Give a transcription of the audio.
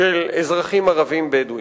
של אזרחים ערבים-בדואים.